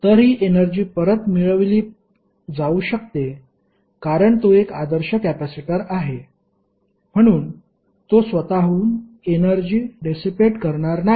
तर ही एनर्जी परत मिळवली जाऊ शकते कारण तो एक आदर्श कॅपेसिटर आहे म्हणून तो स्वतःहून एनर्जी डेसीपेट करणार नाही